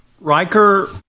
Riker